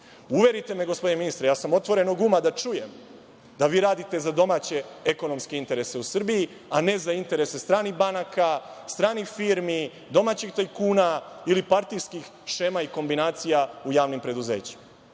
Uverite me, gospodine ministre, ja sam otvorenog uma da čujem da vi radite za domaće ekonomske interese u Srbiji, a ne za interese stranih banaka, stranih firmi, domaćih tajkuna ili partijskih šema i kombinacija u javnim preduzećima.